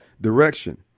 direction